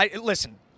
Listen